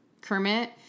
Kermit